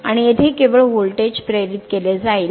आणि येथे केवळ व्होल्टेज प्रेरित केले जाईल